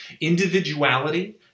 Individuality